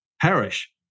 perish